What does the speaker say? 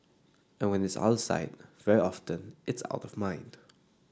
and when it's out sight very often it's out of mind